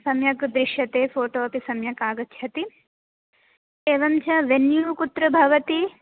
सम्यक् दृश्यते फ़ोटो अपि सम्यक् आगच्छति एवं च वेन्यु कुत्र भवति